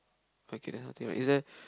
okay there's nothing right is there